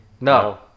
No